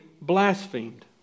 blasphemed